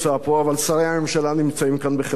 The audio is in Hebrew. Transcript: אבל שרי הממשלה נמצאים כאן בחלקם,